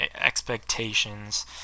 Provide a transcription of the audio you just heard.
expectations